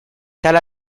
tale